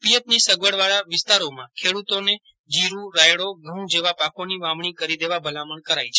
પિયતની સગવડવાળા વિસ્તારોમાં ખેડૂતોને જીરૂ રાયડો ઘઉં જેવા પાકોની વાવજી કરી દેવા ભલામજ્ઞ કરાઈ છે